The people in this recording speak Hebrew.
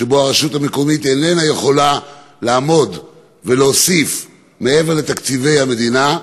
שבה הרשות המקומית איננה יכולה להוסיף מעבר לתקציבי המדינה.